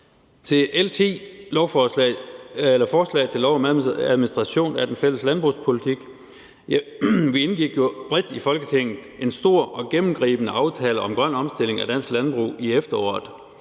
til L 10, forslag til lov om administration af den fælles landbrugspolitik, indgik vi jo bredt i Folketinget en stor og gennemgribende aftale om en grøn omstilling af dansk landbrug i efteråret,